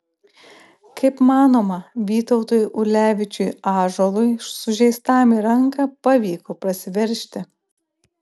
kaip manoma vytautui ulevičiui ąžuolui sužeistam į ranką pavyko prasiveržti